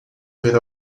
ver